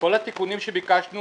כל התיקונים שביקשנו